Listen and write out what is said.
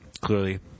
Clearly